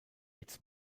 its